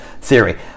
theory